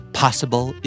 possible